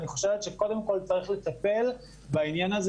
אני חושבת שקודם כל צריך לטפל בעניין הזה